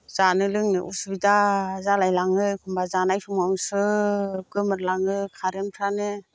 जानो लोंनो असुबिदा जालायलाङो एखमब्ला जानाय समाव स्रोब गोमोरलाङो कारेन्टफ्रानो